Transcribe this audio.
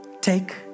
take